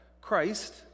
Christ